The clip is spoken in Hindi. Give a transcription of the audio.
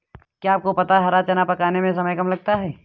क्या आपको पता है हरा चना पकाने में समय कम लगता है?